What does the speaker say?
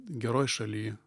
geroj šaly